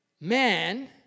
man